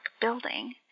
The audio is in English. building